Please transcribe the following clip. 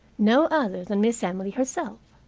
no other than miss emily herself.